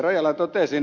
rajala totesi